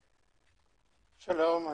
שלום.